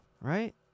right